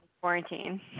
quarantine